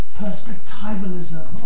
perspectivalism